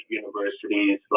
universities